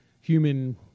human